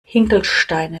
hinkelsteine